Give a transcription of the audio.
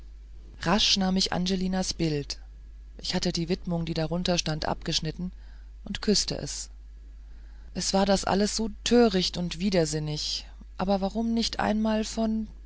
rasch nahm ich angelinas bild ich hatte die widmung die darunter stand abgeschnitten und küßte es es war das alles so töricht und widersinnig aber warum nicht einmal von